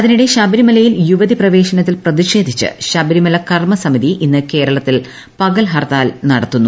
അതിനിടെ ശബരിമലയിൽ യുവതി പ്രവേശ്നന്തിൽ പ്രതിഷേധിച്ച് ശബരിമല കർമ്മ സമിതി ഇന്ന് കേരളത്തിൽ പ്പകർ ഹർത്താൽ നടത്തുന്നു